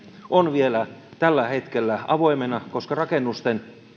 on vielä tällä hetkellä avoimena koska rakennusten